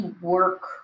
work